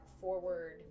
forward